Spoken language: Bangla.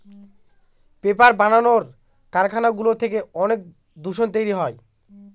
পেপার বানানোর কারখানাগুলো থেকে অনেক দূষণ তৈরী হয়